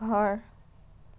ঘৰ